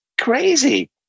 crazy